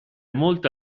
molta